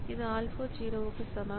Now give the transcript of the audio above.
இது ஆல்பா 0 க்கு சமம்